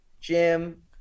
Jim